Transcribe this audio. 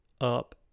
up